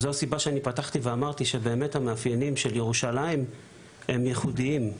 זו הסיבה שאני פתחתי ואמרתי שהמאפיינים של ירושלים הם ייחודיים.